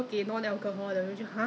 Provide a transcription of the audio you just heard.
他说没办法他说 err